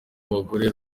w’abagore